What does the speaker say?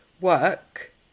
work